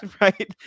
right